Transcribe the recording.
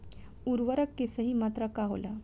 उर्वरक के सही मात्रा का होला?